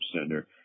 center